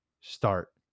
start